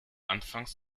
anfangs